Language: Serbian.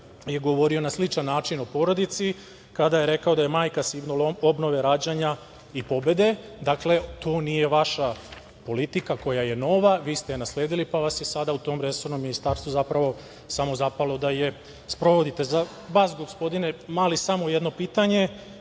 je govorio na sličan način o porodici kada je rekao da je majka simbol obnove rađanja i pobede. Dakle, to nije vaša politika koja je nova, vi ste je nasledili, pa vas je sada u tom resornom Ministarstvu zapravo samo zapalo da je sprovodite.Za vas gospodine Mali, samo jedno pitanje,